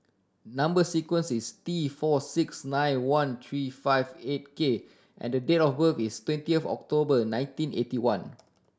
number sequence is T four six nine one three five eight K and the date of birth is twenty of October nineteen eighty one